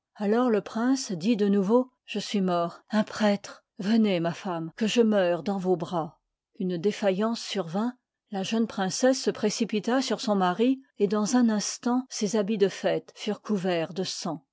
alors le prince dit de nouveau c je suis mort î un prêtre venez ma femme que je meure dans vos bras une défaillance survint la jeune princesse se précipita sur son mari et dans un instant ses habits de fête furent couverts de sang